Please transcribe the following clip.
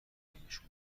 بینشون